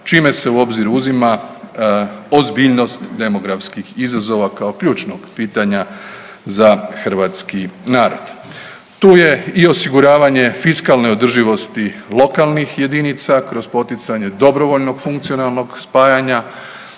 čime se u obzir uzima ozbiljnost demografskih izazova kao ključnog pitanja za hrvatski narod. Tu je i osiguravanje fiskalne održivosti lokalnih jedinica kroz poticanje dobrovoljnog funkcionalnog spajanja,